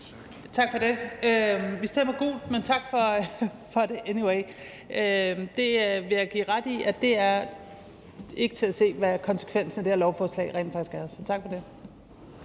Tak for det. Vi stemmer nu gult, men tak for det anyway. Jeg vil give ordføreren ret i, at det ikke er til at se, hvad konsekvensen af det her lovforslag rent faktisk er. Så tak for det.